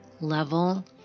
level